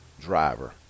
Driver